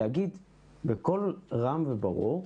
להגיד בקול רם וברור,